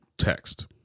text